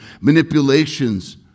manipulations